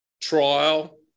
trial